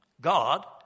God